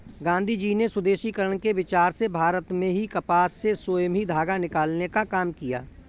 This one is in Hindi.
गाँधीजी ने स्वदेशीकरण के विचार से भारत में ही कपास से स्वयं ही धागा निकालने का काम किया